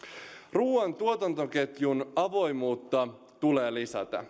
ruuan tuotantoketjun avoimuutta tulee lisätä